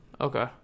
okay